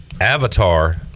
Avatar